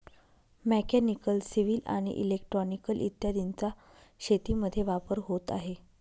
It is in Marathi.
मेकॅनिकल, सिव्हिल आणि इलेक्ट्रिकल इत्यादींचा शेतीमध्ये वापर होत आहे